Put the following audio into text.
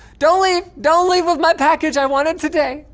don't leave, don't leave with my package, i want it today.